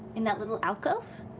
in that little alcove.